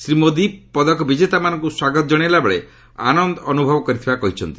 ଶ୍ରୀ ମୋଦି ପଦକ ବିଜେତାମାନଙ୍କୁ ସ୍ୱାଗତ ଜଣାଇଲାବେଳେ ଆନନ୍ଦ ଅନୁଭବ କରିଥିବା କହିଛନ୍ତି